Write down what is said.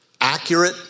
accurate